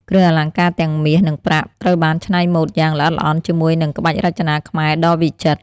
គ្រឿងអលង្ការទាំងមាស និងប្រាក់ ត្រូវបានច្នៃម៉ូដយ៉ាង ល្អិតល្អន់ ជាមួយនឹង ក្បាច់រចនាខ្មែរដ៏វិចិត្រ។